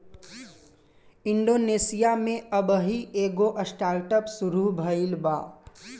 Indonesia में अबही एगो स्टार्टअप शुरू भईल बा